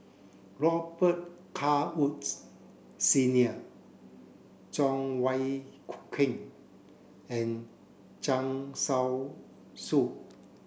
Robet Carr Woods Senior Cheng Wai Keung and Zhang